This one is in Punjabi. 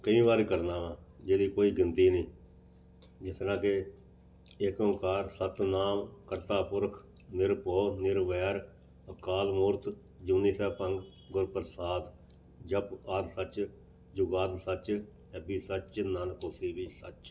ਕਈ ਵਾਰ ਕਰਨਾ ਵਾ ਜਿਹਦੀ ਕੋਈ ਗਿਣਤੀ ਨਹੀਂ ਜਿਸ ਤਰਾਂ ਕਿ ਇਕ ਓਂਕਾਰ ਸਤਿ ਨਾਮੁ ਕਰਤਾ ਪੁਰਖੁ ਨਿਰਭਉ ਨਿਰਵੈਰੁ ਅਕਾਲ ਮੂਰਤਿ ਅਜੂਨੀ ਸੈਭੰ ਗੁਰ ਪ੍ਰਸਾਦਿ ਜਪੁ ਆਦਿ ਸਚੁ ਜੁਗਾਦਿ ਸਚੁ ਹੈ ਹੈ ਭੀ ਸਚੁ ਨਾਨਕ ਹੋਸੀ ਭੀ ਸਚੁ